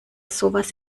sowas